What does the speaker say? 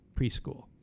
preschool